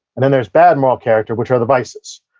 and then there's bad moral character, which are the vices.